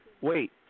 wait